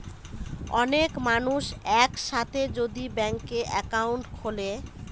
অনেক মানুষ এক সাথে যদি ব্যাংকে একাউন্ট খুলে